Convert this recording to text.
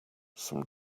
some